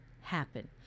happen